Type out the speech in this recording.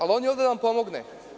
Ali, on je ovde da nam pomogne.